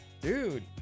Dude